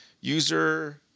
user